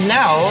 now